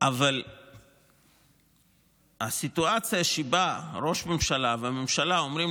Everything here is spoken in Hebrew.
אבל הסיטואציה שבה ראש ממשלה וממשלה אומרים